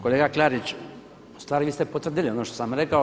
Kolega Klarić, ustvari vi ste potvrdili ono što sam rekao.